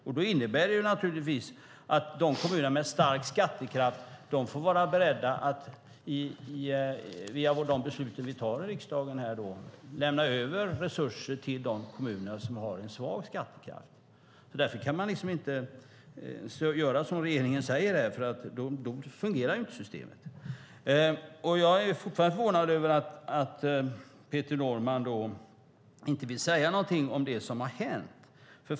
Detta innebär naturligtvis, genom de beslut som vi har tagit i riksdagen, att de kommuner som har stark skattekraft får vara beredda att lämna över resurser till de kommuner som har svag skattekraft. Därför kan man inte göra som regeringen säger här. Då fungerar inte systemet. Jag är fortfarande förvånad över att Peter Norman inte vill säga någonting om det som har hänt.